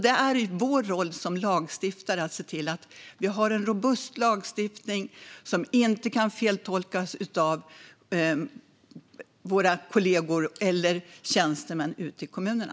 Det hör till vår roll som lagstiftare att se till att vi har en robust lagstiftning som inte kan feltolkas av våra kollegor eller av tjänstemän ute i kommunerna.